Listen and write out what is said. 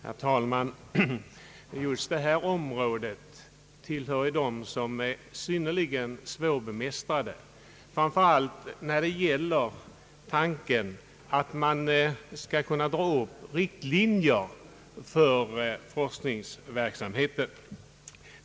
Herr talman! Just detta område tillhör ju dem som är synnerligen svårbemästrade, framför allt när det gäller tanken att man skall kunna dra upp riktlinjer för forskningsverksamheten.